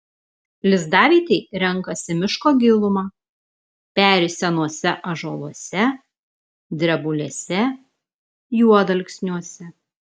lizdavietei renkasi miško gilumą peri senuose ąžuoluose drebulėse juodalksniuose